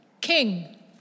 King